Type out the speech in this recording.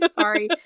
Sorry